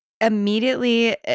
immediately